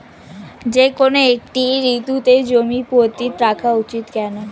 যেকোনো একটি ঋতুতে জমি পতিত রাখা উচিৎ কেন?